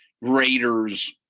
Raiders